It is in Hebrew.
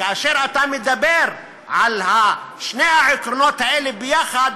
כאשר אתה מדבר על שני העקרונות האלה יחד,